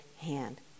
hand